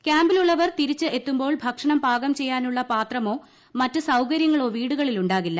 ക്യാമ്പിലുളളവർ തിരിച്ച് എത്തുമ്പോൾ ഭക്ഷണം പാകം ചെയ്യാനുളള പാത്രമോ മറ്റ് സൌകര്യങ്ങളോ വീടുകളിലൂണ്ട്ടർകില്ല